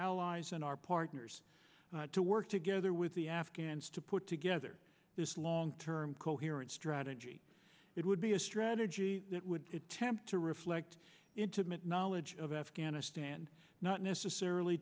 allies and our partners to work together with the afghans to put together this long term coherent strategy it would be a strategy that would attempt to reflect intimate knowledge of afghanistan not necessarily